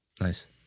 nice